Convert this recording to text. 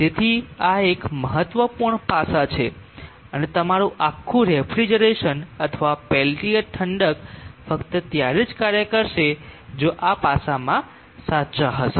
તેથી આ એક મહત્વપૂર્ણ પાસા છે અને તમારું આખું રેફ્રિજરેશન અથવા પેલ્ટીઅર ઠંડક ફક્ત ત્યારે જ કાર્ય કરશે જો આ પાસામાં સાચા હશે